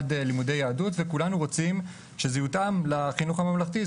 לימודי יהדות וכולנו רוצים שזה יותאם לחינוך הממלכתי.